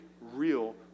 real